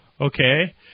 okay